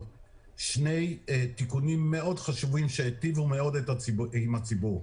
שני תיקונים חשובים מאוד שהיטיבו מאוד עם הציבור: